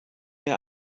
mir